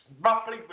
roughly